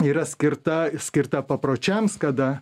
yra skirta skirta papročiams kada